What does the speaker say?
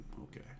Okay